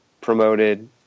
promoted